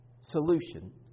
solution